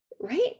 Right